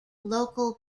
local